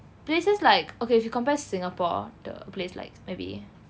places like okay if you compare singapore to a place like maybe